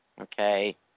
okay